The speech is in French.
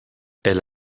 elle